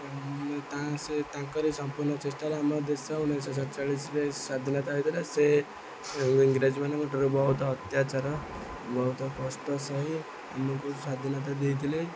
ତା ସେ ତାଙ୍କରି ସମ୍ପୂର୍ଣ୍ଣ ଚେଷ୍ଟାରେ ଆମ ଦେଶ ଉଣେଇଶିଶହ ସତଚାଳିଶିରେ ସ୍ଵାଧୀନତା ହେଇଥିଲା ସେ ଇଂରାଜୀ ମାନଙ୍କ ଠାରୁ ବହୁତ ଅତ୍ୟାଚାର ବହୁତ କଷ୍ଟ ସହି ଆମକୁ ସ୍ଵାଧୀନତା ଦେଇଥିଲେ